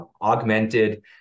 augmented